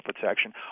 protection